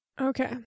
Okay